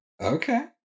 Okay